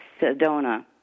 Sedona